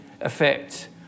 effect